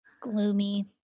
gloomy